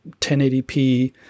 1080p